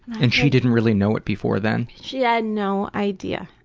and she didn't really know it before then? she had no idea.